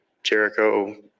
Jericho